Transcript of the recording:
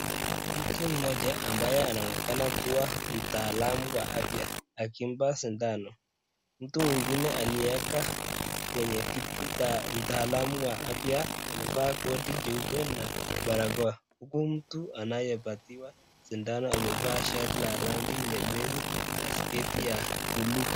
Mtu mmoja ambaye anaonekana kuwa mtaalamu wa afya akimpa sindano. Mtu mwengine aliyekaa kwenye kiti cha mtaalamu wa afya amevaa koti jeupe na barakoa. Huku mtu anayepatiwa sindano amevaa shati la rangi nyepesi na sketi ya buluu.